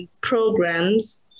programs